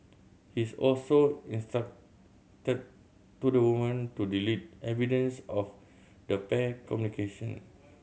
he's also instructed to the woman to delete evidence of the pair communication